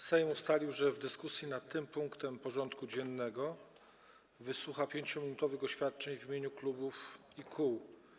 Sejm ustalił, że w dyskusji nad tym punktem porządku dziennego wysłucha 5-minutowych oświadczeń w imieniu klubów i kół.